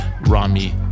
Rami